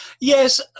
Yes